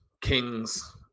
kings